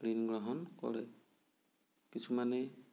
ঋণ গ্ৰহণ কৰে কিছুমানে